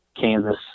Kansas